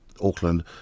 Auckland